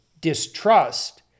distrust